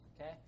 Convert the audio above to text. okay